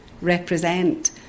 represent